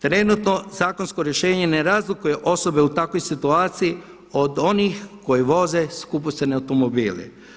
Trenutno zakonsko rješenje ne razlikuje osobe u takvoj situaciji od onih koji voze skupocjene automobile.